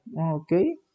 okay